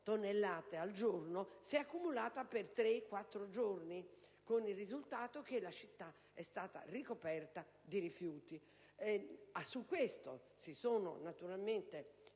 tonnellate al giorno, si è accumulata per tre-quattro giorni, con il risultato che la città è stata ricoperta di rifiuti. In tale situazione si sono naturalmente